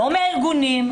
לא מהארגונים,